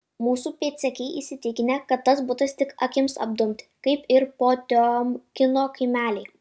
mūsų pėdsekiai įsitikinę kad tas butas tik akims apdumti kaip ir potiomkino kaimeliai